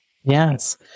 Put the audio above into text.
Yes